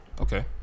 Okay